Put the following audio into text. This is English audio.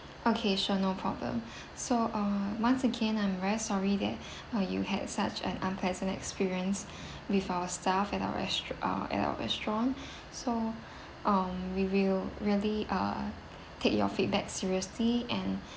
okay sure no problem so uh once again I'm very sorry that uh you had such an unpleasant experience with our staff at our res~ uh at our restaurant so um we will really uh take your feedback seriously and